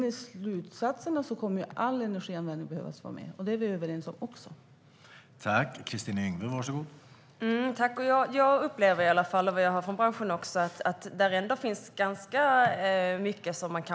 I slutsatserna kommer sedan all energianvändning att behöva vara med, och det är vi ju också överens om.